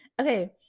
Okay